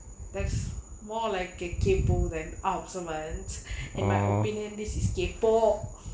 that's more like a kaypoh than observant and my opinion this is kaypoh